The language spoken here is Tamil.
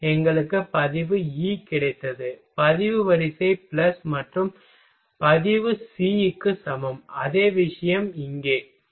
எங்களுக்கு பதிவு E கிடைத்தது பதிவு வரிசை பிளஸ் மற்றும் பதிவு C க்கு சமம் அதே விஷயம் இங்கே சரி